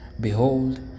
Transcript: Behold